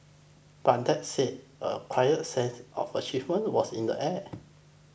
but that said a quiet sense of achievement was in the air